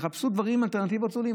יחפשו דברים, אלטרנטיבות זולות.